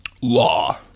law